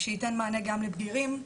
שייתן מענה גם לבגירים,